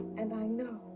and i know.